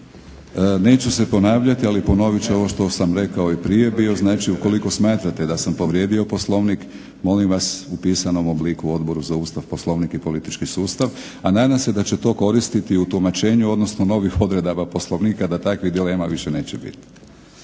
Neću se ponavljati ali ponovit ću ovo što sam rekao i prije bio, znači ukoliko smatrate da sam povrijedio Poslovnik molim vas u pisanom obliku Odboru za Ustav, Poslovnik i politički sustav a nadam se da će to koristiti u tumačenju odnosno novih odredaba Poslovnika da takvih dilema više neće biti.